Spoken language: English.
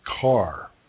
car